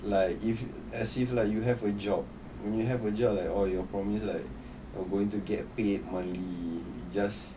like if as if like you have a job when you have a job like all your promise like are going to get paid monthly just